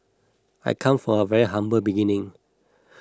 I come from very humble beginning